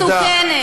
תודה.